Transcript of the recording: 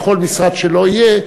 בכל משרד שלא יהיה,